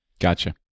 Gotcha